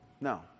no